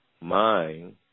mind